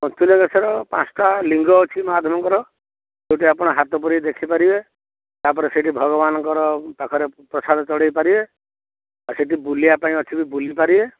ପଞ୍ଚଲିଙ୍ଗେଶ୍ୱର ପାଞ୍ଚଟା ଲିଙ୍ଗ ଅଛି ମହାଦେବଙ୍କର ଯେଉଁଠି ଆପଣ ହାତ ପୁରାଇ ଦେଖିପାରିବେ ତା'ପରେ ସେଠି ଭଗବାନଙ୍କର ପାଖରେ ପ୍ରସାଦ ଚଢ଼ାଇ ପାରିବେ ଆଉ ସେଠି ବୁଲିବା ପାଇଁ ଅଛି ବି ବୁଲିପାରିବେ